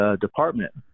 department